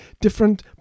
different